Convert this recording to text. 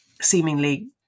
seemingly